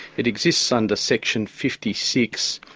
it exists under section fifty six,